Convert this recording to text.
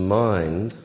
mind